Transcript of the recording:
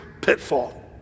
pitfall